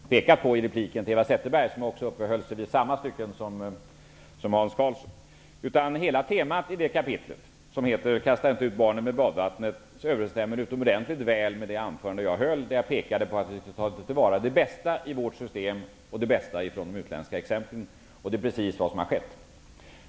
Fru talman! Hans Karlsson hade också med sig SPRI-rapporten som handlar om internationella jämförelser. Men han vill tydligen bara läsa vartannat stycke. De andra styckena har jag redan pekat på i repliken till Eva Zetterberg, som också uppehöll sig vid samma stycken som Hans Hela temat i kapitlet Kasta inte ut barnet med badvattnet överensstämmer utomordentligt väl med det anförande jag höll. Vi skall ta till vara det bästa i vårt system och det bästa från de utländska exemplen, och det är precis vad som har skett.